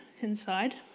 inside